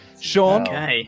Sean